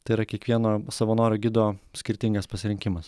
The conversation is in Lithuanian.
tai yra kiekvieno savanorio gido skirtingas pasirinkimas